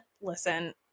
Listen